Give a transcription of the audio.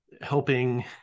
helping